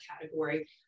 category